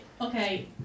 Okay